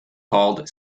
called